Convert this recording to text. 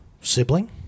sibling